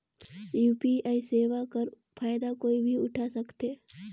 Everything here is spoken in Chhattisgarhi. यू.पी.आई सेवा कर फायदा कोई भी उठा सकथे?